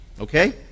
Okay